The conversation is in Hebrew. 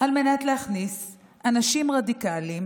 על מנת להכניס אנשים רדיקליים